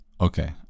Okay